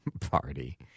party